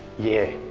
yeah.